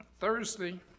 Thursday